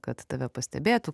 kad tave pastebėtų